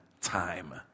time